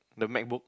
the Macbook